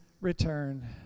return